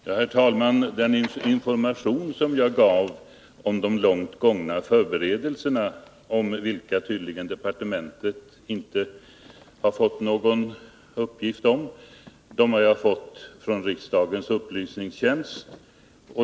Herr talman! Den information jag lämnade om de långt gångna förberedelserna, vilka departementet tydligen inte har fått någon uppgift om, har jag fått från riksdagens upplysningstjänst.